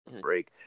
Break